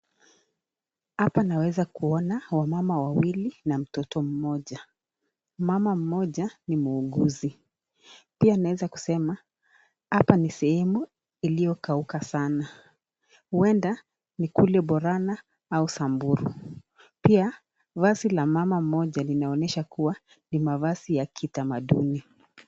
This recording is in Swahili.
Hapa naweza kuona wamama wawili na mtoto mmoja. Mama mmoja ni muuguzi. Pia naweza kusema, hapa ni sehemu iliyo kauka sana. Huenda ni kule Borana au Samburu. Pia vazi la mama mmoja linaonyesha kuwa ni mavazi ya kitamaduni.